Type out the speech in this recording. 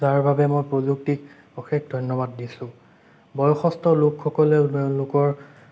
যাৰ বাবে মই প্ৰযুক্তিক অশেষ ধন্যবাদ দিছোঁ বয়সস্থ লোকসকলেও তেওঁলোকৰ